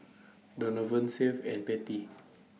Donavon Seth and Patti